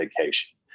vacation